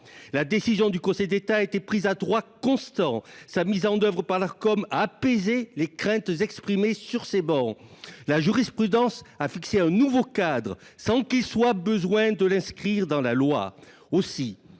La décision du Conseil d’État a été prise à droit constant. Sa mise en œuvre par l’Arcom a apaisé les craintes exprimées sur ces travées. La jurisprudence a fixé un nouveau cadre sans qu’il soit utile de l’inscrire dans la loi.